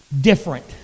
different